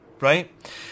right